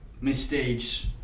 mistakes